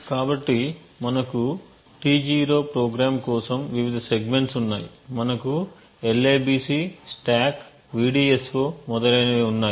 కాబట్టి మనకు T0 program కోసం వివిధ సెగ్మెంట్స్ ఉన్నాయి మనకు libc stack vdso మొదలైనవి ఉన్నాయి